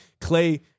Clay